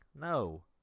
No